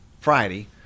Friday